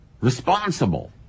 Responsible